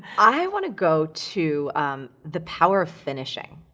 i wanna go to the power of finishing.